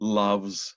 loves